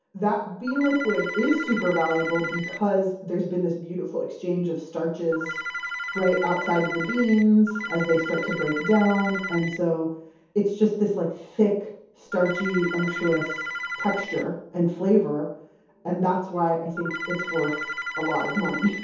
that bean liquid is super valuable because there's been this beautiful exchange of starches outside of the beans as they start to break down. and so it's just this like thick starchy unctuous texture and flavor and that's why i think it's worth a lot of money.